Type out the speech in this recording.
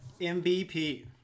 MVP